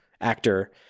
actor